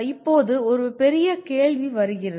இப்போது இங்கே பெரிய கேள்வி வருகிறது